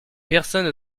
personne